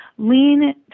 Lean